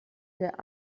der